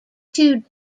two